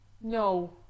No